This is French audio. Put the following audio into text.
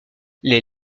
les